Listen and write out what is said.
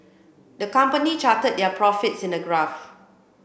the company charted their profits in a graph